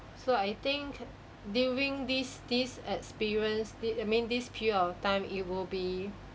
so I think during this this experience the I mean this period of time it will be